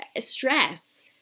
stress –